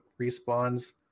respawn's